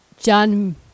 John